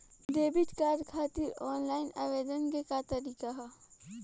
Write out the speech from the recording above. Debit card खातिर online आवेदन के का तरीकि ह?